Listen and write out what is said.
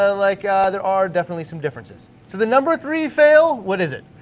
um like there are definitely some differences. so the number three fail, what is it?